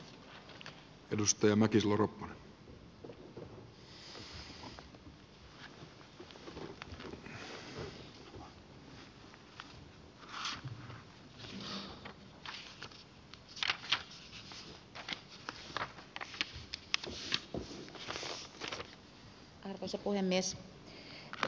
arvoisa puhemies